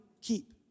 keep